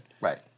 Right